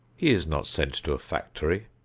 he is not sent to a factory,